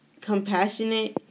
compassionate